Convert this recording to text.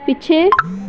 ਪਿੱਛੇ